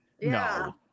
No